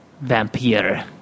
Vampire